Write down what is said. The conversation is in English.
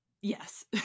Yes